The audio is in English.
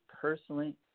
personally